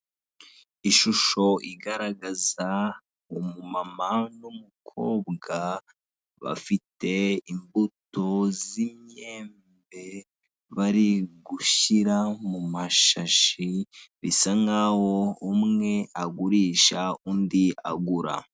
Ishusho igaragaza umumama n'umukobwa bafite imbuto z'iyembe, bari gushyira mu mashashi, bisa nk'aho umwe agurisha, undi agura.